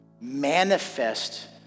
manifest